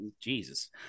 Jesus